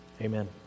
Amen